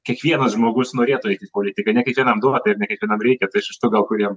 kiekvienas žmogus norėtų eiti į politiką ne kiekvienam duota ir ne kiekvienam reikia tai aš iš tų gal kuriem